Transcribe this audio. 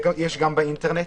גם באינטרנט,